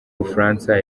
bufaransa